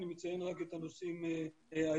אני מציין רק את הנושאים העיקריים.